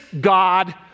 God